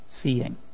seeing